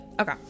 Okay